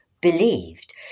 believed